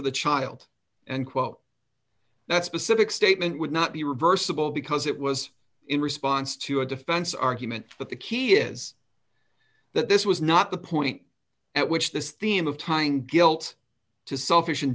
the child and quote that specific statement would not be reversible because it was in response to a defense argument but the key is that this was not the point at which this theme of tying guilt to selfish